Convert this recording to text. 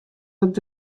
dat